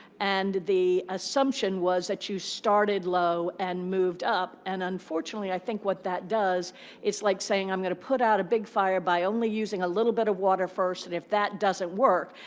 and the assumption was that you started low and moved up. and unfortunately, i think what that does it's like saying, i'm going to put out a big fire by only using a little bit of water first. and if that doesn't work,